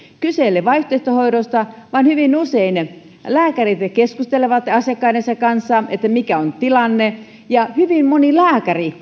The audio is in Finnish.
ole vaihtoehtohoidosta vaan hyvin usein lääkärit keskustelevat asiakkaidensa kanssa että mikä on tilanne ja hyvin moni lääkäri